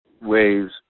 waves